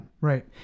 right